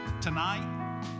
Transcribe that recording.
tonight